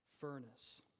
furnace